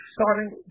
starting